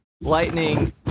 lightning